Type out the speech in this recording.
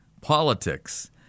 politics